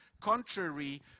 contrary